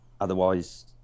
Otherwise